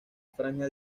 franja